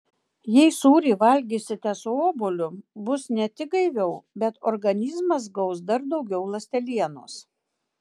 jei sūrį valgysite su obuoliu bus ne tik gaiviau bet organizmas gaus dar daugiau ląstelienos